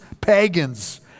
pagans